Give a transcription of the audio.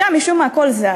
שם, משום מה, הכול זז.